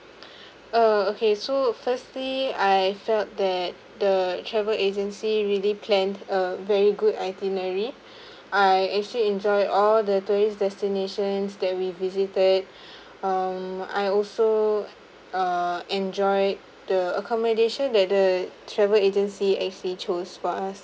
uh okay so firstly I felt that the travel agency really plan a very good itinerary I actually enjoyed all the tourist destinations that we visited um I also err enjoyed the accommodation that the travel agency actually chose for us